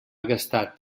gastat